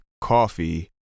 coffee